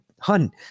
hun